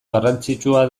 garrantzitsua